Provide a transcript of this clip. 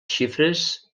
xifres